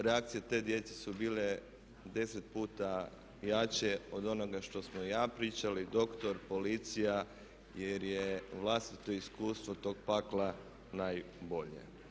Reakcije te djece su bile 10 puta jače od onoga što smo ja pričali, doktor, policija jer je vlastito iskustvo tog pakla najbolje.